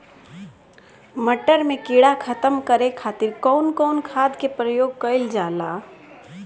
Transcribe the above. मटर में कीड़ा खत्म करे खातीर कउन कउन खाद के प्रयोग कईल जाला?